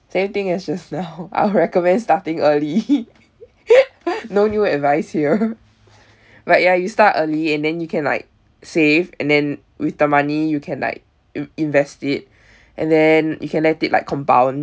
same thing as just now I'll recommend starting early no new advice here but ya you start early and then you can like save and then with the money you can like you invest it and then you can let it like compound